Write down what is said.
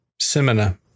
Semina